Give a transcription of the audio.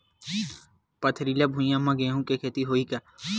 पथरिला भुइयां म गेहूं के खेती होही का?